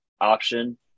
option